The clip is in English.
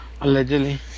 allegedly